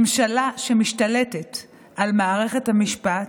ממשלה שמשתלטת על מערכת המשפט,